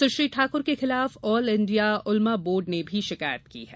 सुश्री ठाकुर के खिलाफ all India Ulama board ने भी शिकायत की है